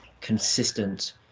consistent